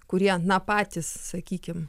kurie na patys sakykim